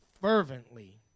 fervently